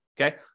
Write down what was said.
okay